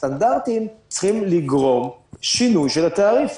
הסטנדרטים צריכים לגרום שינוי של התעריף.